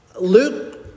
Luke